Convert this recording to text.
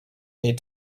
need